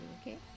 Okay